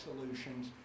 solutions